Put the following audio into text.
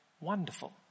wonderful